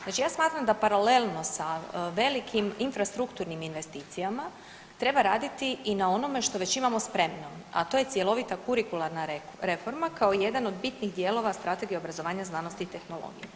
Znači ja smatram da paralelno sa velikim infrastrukturnim investicijama treba raditi i na onome što već imamo spremno, a to je cjelovita kurikularna reforma kao i jedan od bitnih dijelova Strategije obrazovanja, znanosti i tehnologije.